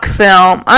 film